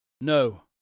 No